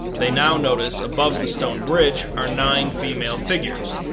they now notice above the stone bridge are nine female figures,